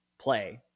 play